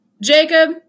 Jacob